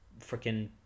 freaking